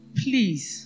please